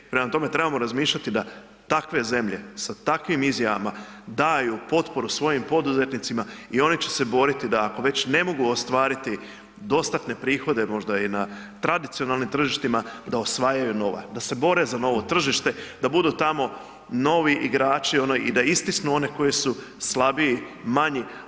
Prema tome, trebamo razmišljati da takve zemlje sa takvim izjavama daju potporu svojim poduzetnicima i oni će se boriti ako već ne mogu ostvariti dostatne prihode, možda i na tradicionalnim tržištima da osvajaju nova, da se bore za novo tržište, da budu tamo novi igrači i da istisnu one koji su slabiji, manji.